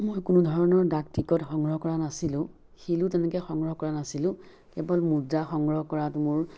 মোৰ কোনো ধৰণৰ ডাক টিকট সংগ্ৰহ কৰা নাছিলোঁ শিলো তেনেকে সংগ্ৰহ কৰা নাছিলোঁ কেৱল মুদ্ৰা সংগ্ৰহ কৰাত মোৰ